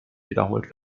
wiederholt